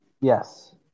yes